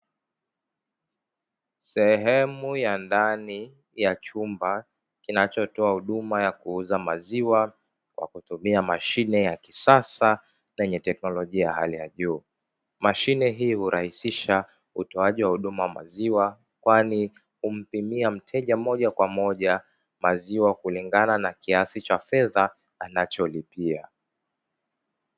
Sehemu ya ndani ya chumba kinachotoa huduma ya kuuza maziwa kwa kutumia mashine ya kisasa yenye teknolojia ya hali ya juu. Mashine hii hurahisisha utoaji wa huduma ya maziwa kwani humpimia mteja moja kwa moja maziwa kulingana na kiasi cha fedha anacholipia.